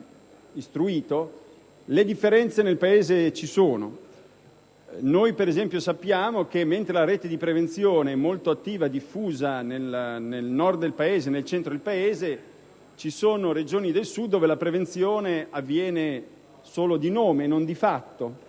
istruito, le differenze regionali esistono. Noi, ad esempio, sappiamo che mentre la rete di prevenzione è molto attiva e diffusa nel Nord e nel Centro del Paese, ci sono Regioni del Sud dove la prevenzione avviene solo di nome e non di fatto,